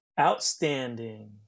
Outstanding